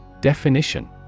Definition